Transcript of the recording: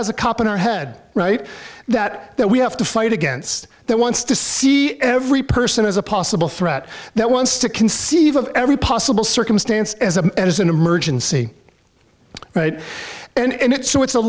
has a cop in our head right that that we have to fight against that wants to see every person as a possible threat that wants to conceive of every possible circumstance as a as an emergency and it's so it's a